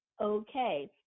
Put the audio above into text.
okay